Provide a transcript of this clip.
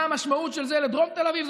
מה המשמעות של זה לדרום תל אביב?